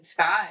time